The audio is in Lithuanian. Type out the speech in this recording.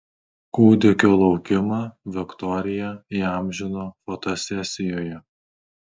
kūdikio laukimą viktorija įamžino fotosesijoje